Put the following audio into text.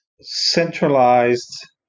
centralized